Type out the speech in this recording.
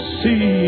see